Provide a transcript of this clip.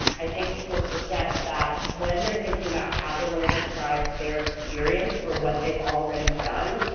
i think people forget that when they're thinking about how they want to describe but their experience or what they've already done,